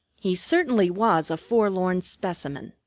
he certainly was a forlorn specimen.